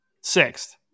Sixth